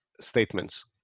statements